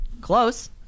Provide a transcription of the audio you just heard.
Close